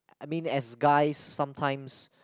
I mean as guys sometimes